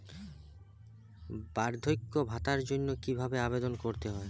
বার্ধক্য ভাতার জন্য কিভাবে আবেদন করতে হয়?